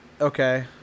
Okay